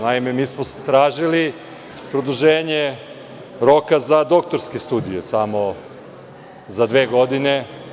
Naime, mi smo tražili produženje roka za doktorske studije, samo za dve godine.